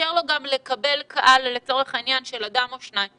שנאפשר לו לקבל קהל של אדם או שניים,